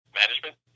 management